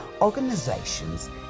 organizations